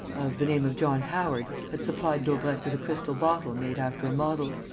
of the name of john howard, had supplied daubrecq with a crystal bottle made after a model.